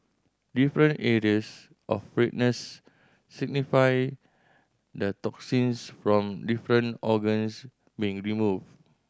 different areas of redness signify the toxins from different organs being removed